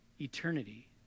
eternity